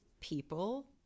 people